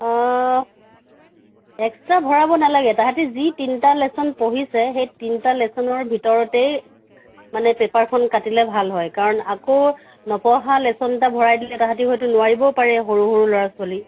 অ extra ভৰাব নালাগে তাহাঁতি যি তিনিটা লেশ্যন পঢ়িছে সেই তিনিটা লেশ্যনৰ ভিতৰতেই মানে পেপ্পাৰখন কাটিলে ভাল হয় কাৰণ আকৌ নপঢ়া লেশ্যন এটা ভৰাই দিলে তাহাঁতি হয়তো নোৱাৰিবও পাৰে সৰু সৰু ল'ৰা ছোৱালী